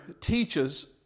teaches